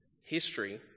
History